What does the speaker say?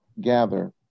gather